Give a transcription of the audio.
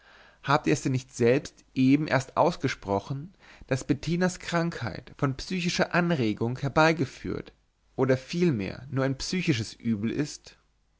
habt ihr es denn nicht selbst eben erst ausgesprochen daß bettinas krankheit von psychischer anregung herbeigeführt oder vielmehr nur ein psychisches übel ist